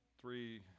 three